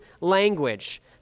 language